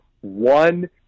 one